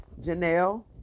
Janelle